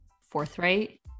forthright